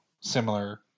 similar